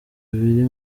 biri